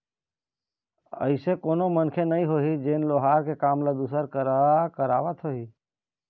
अइसे कोनो मनखे नइ होही जेन लोहार के काम ल दूसर करा करवात होही